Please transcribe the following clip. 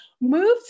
moved